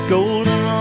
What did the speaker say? Golden